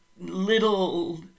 little